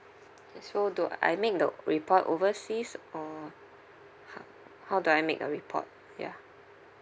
so do I make the report overseas or how how do I make a report ya